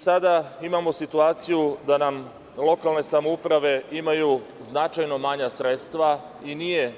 Sada imamo situaciju da nam lokalne samouprave imaju značajno manja sredstva i nije